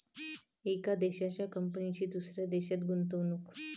एका देशाच्या कंपनीची दुसऱ्या देशात गुंतवणूक